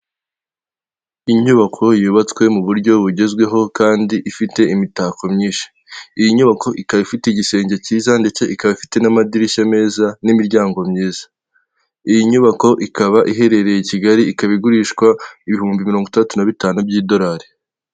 Inyubako yubatswe mu buryo bugezweho kandi ifite imitako myinshi, iyi nyubako ikaba ifite igisenge cyiza ndetse ikaba ifite n'amadirishya meza n'imiryango myiza. Iyi nyubako ikaba iherereye i Kigali, ikaba igurishwa ibihumbi mirongo itandatu na bitanu by'idorari.